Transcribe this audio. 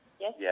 Yes